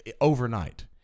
Overnight